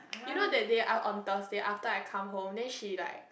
you know that day I on Thursday after I come home then she like